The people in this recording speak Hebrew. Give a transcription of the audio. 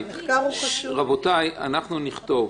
רבותיי, אנחנו נכתוב